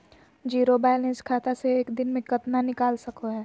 Zero balance खाता से एक दिन में कितना निकाल सको है?